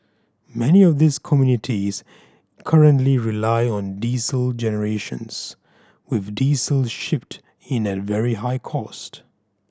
many of these communities currently rely on diesel generations with diesel shipped in at very high cost